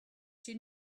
she